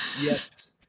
yes